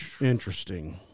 Interesting